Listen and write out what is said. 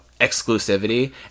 exclusivity